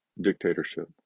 dictatorship